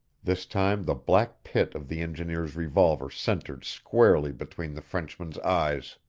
this time the black pit of the engineer's revolver centered squarely between the frenchman's eyes.